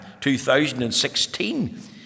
2016